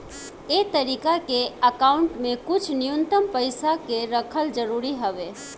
ए तरीका के अकाउंट में कुछ न्यूनतम पइसा के रखल जरूरी हवे